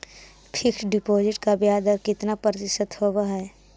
Fix deposit का ब्याज दर कितना प्रतिशत होब है?